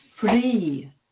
free